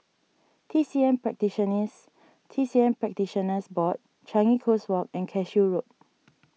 T C M T C M Practitioners Board Changi Coast Walk and Cashew Road